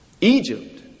Egypt